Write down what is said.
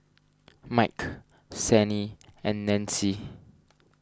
Mike Sannie and Nancy